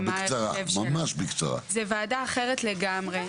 זו וועדה אחרת לגמרי,